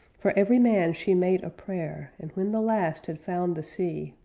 for every man she made a prayer and when the last had found the sea,